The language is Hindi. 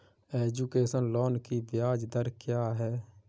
एजुकेशन लोन की ब्याज दर क्या है?